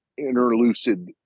interlucid